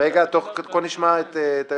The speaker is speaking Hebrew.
את הנוסח?